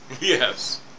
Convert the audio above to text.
Yes